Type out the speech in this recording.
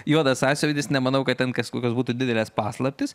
juodas sąsiuvinis nemanau kad ten kas kokios būtų didelės paslaptys